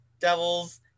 Devils